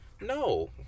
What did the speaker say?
No